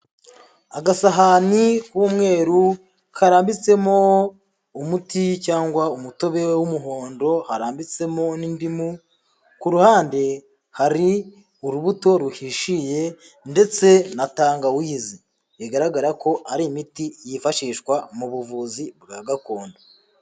Agasahani k'umweru karambitsemo umuti cyangwa umutobe w'umuhondo, harambitsemo n'indimu, ku ruhande hari urubuto ruhishiye ndetse na tangawizi, bigaragara ko ari imiti yifashishwa mu buvuzi bwa gakondo.